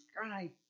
sky